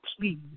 please